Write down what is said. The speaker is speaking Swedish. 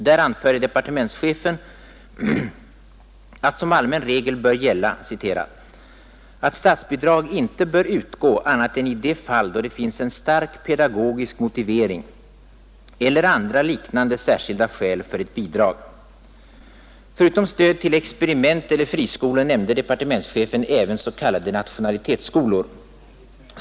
Där anförde departementschefen att som allmän regel bör gälla ”att statsbidrag inte bör utgå annat än i de fall då det finns en stark pedagogisk motivering eller andra liknande särskilda skäl för ett bidrag”. Förutom stöd till experimentoch friskolor nämnde departementschefen även s.k. nationalitetsskolor.